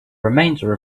remainder